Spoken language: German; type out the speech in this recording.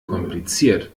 kompliziert